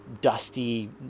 dusty